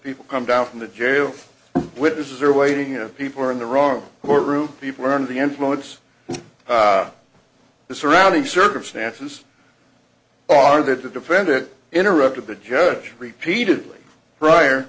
people come down from the jail witnesses are waiting and people are in the wrong courtroom people learned the influence and the surrounding circumstances are that the defendant interrupted the judge repeatedly prior